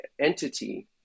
entity